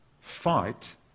Fight